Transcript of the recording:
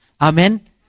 Amen